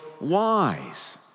wise